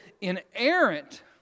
inerrant